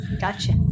gotcha